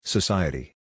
Society